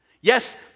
Yes